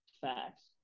Facts